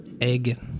Egg